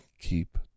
Keep